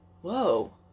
whoa